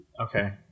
Okay